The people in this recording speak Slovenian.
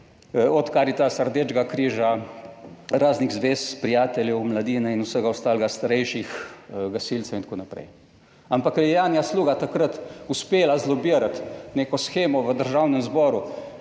od Karitasa, Rdečega križa, raznih zvez, prijateljev mladine in vsega ostalega, starejših gasilcev in tako naprej. Ampak, ker je Janja Sluga takrat uspela zlobirati neko shemo v Državnem zboru,